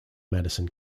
madison